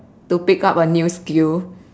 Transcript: to pick up a new skill